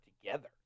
together